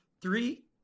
three